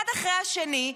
אחד אחרי השני,